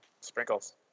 Sprinkles